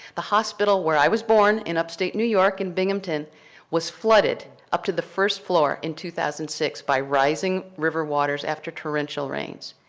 the hospital where i was born in upstate new york in binghamton was flooded up to the first floor in two thousand and six by rising river waters after torrential rains.